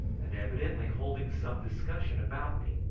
and evidently holding some discussion about me.